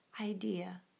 idea